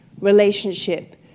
relationship